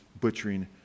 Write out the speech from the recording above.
butchering